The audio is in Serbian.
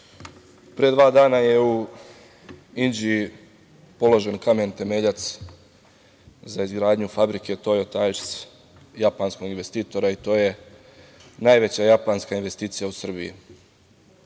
pre dva dana je u Inđiji položen kamen temeljac za izgradnju fabrike „Tojo Tajers“, japanskog investitora i to je najveća japanska investicija u Srbiji. To